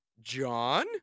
John